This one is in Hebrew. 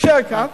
תישאר כאן,